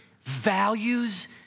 values